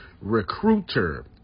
recruiter